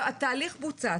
התהליך בוצע.